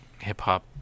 hip-hop